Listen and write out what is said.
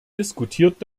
diskutiert